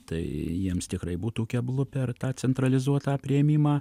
tai jiems tikrai būtų keblu per tą centralizuotą priėmimą